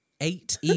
eight